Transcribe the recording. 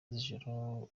z’ijoro